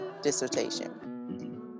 dissertation